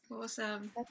Awesome